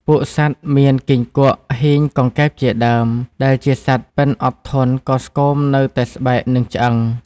ពួកសត្វមានគីង្គក់ ហ៊ីង កង្កែបជាដើម ដែលជាសត្វប៉ិនអត់ធន់ក៏ស្គមនៅតែស្បែកនិងឆ្អឹង។